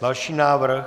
Další návrh.